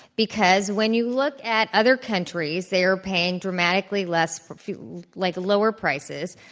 because when you look at other countries, they are paying dramatically less for like lower prices.